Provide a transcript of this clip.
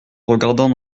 regardant